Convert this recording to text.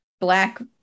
black